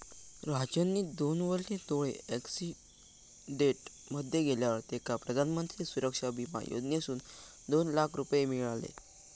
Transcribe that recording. राजनचे दोनवले डोळे अॅक्सिडेंट मध्ये गेल्यावर तेका प्रधानमंत्री सुरक्षा बिमा योजनेसून दोन लाख रुपये मिळाले